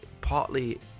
partly